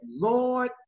Lord